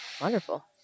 Wonderful